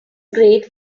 great